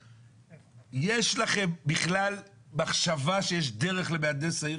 יש לכם בכלל מחשבה שיש דרך למהנדס העיר